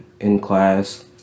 in-class